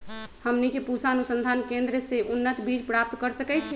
हमनी के पूसा अनुसंधान केंद्र से उन्नत बीज प्राप्त कर सकैछे?